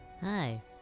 Hi